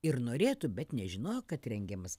ir norėtų bet nežinojo kad rengiamas